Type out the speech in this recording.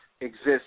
exists